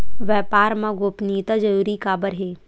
व्यापार मा गोपनीयता जरूरी काबर हे?